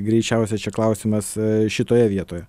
greičiausiai čia klausimas šitoje vietoje